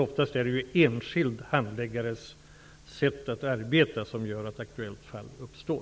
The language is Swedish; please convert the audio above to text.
Oftast är det en enskild handläggares sätt att arbeta som gör att ett aktuellt fall uppstår.